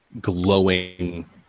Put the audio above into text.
glowing